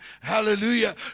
Hallelujah